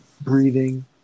breathing